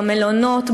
במלונות,